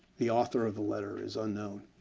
the author of the letter is unknown.